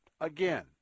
Again